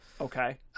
okay